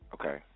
okay